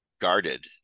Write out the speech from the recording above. guarded